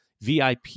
VIP